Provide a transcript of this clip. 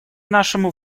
нашему